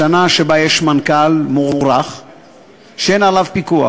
שנה שבה יש מנכ"ל מוערך שאין עליו פיקוח,